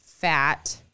fat